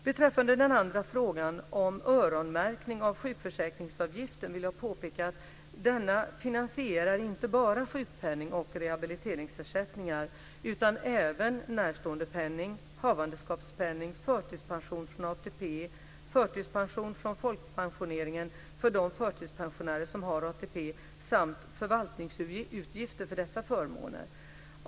Beträffande den andra frågan om öronmärkning av sjukförsäkringsavgiften vill jag påpeka att denna finansierar inte bara sjukpenning och rehabiliteringsersättningar utan även närståendepenning, havandeskapspenning, förtidspension från ATP, förtidspension från folkpensioneringen för de förtidspensionärer som har ATP samt förvaltningsutgifter för dessa förmåner.